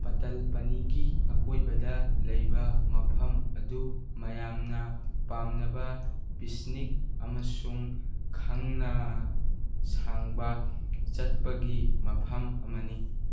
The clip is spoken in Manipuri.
ꯄꯇꯜ ꯄꯥꯅꯤꯒꯤ ꯑꯀꯣꯏꯕꯗ ꯂꯩꯕ ꯃꯐꯝ ꯑꯗꯨ ꯃꯌꯥꯝꯅ ꯄꯥꯝꯅꯕ ꯄꯤꯁꯅꯤꯛ ꯑꯃꯁꯨꯡ ꯈꯪꯅ ꯁꯥꯡꯕ ꯆꯠꯄꯒꯤ ꯃꯐꯝ ꯑꯃꯅꯤ